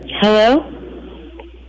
Hello